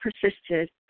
persisted